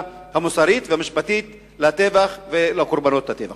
המוסרית והמשפטית לטבח ולקורבנות הטבח.